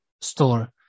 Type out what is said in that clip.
store